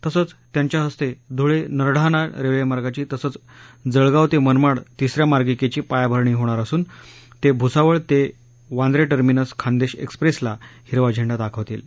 तसंच त्यांच्या हस्ते धुळे नरढाणा रेल्वेमार्गाची तसंच जळगाव ते मनमाड तिस या मार्गिकेची पायाभरणी होणार असून ते भुसावळ ते वांद्र टर्मिनस खान्देश एक्सप्रेसला हिरवा झेंडा दाखवतील